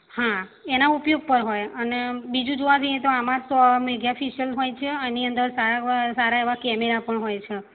હા એનાં ઉપયોગ પર હોય અને બીજું જોવા જઈએ તો આમાં સો મેગા પીસેલ હોય છે આની અંદર સારા વ સારા એવા કેમેરા પણ હોય છે